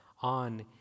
on